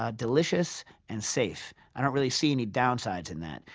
ah delicious and safe. i don't really see any downsides in that.